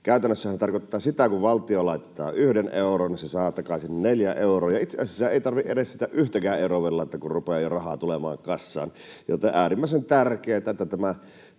Käytännössähän se tarkoittaa sitä, että kun valtio laittaa yhden euron, se saa takaisin neljä euroa, ja itse asiassa ei tarvitse edes sitä yhtäkään euroa vielä laittaa, kun rupeaa jo rahaa tulemaan kassaan. Joten on äärimmäisen tärkeää, että tämä